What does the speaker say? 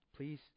Please